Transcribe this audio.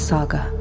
Saga